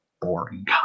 Boring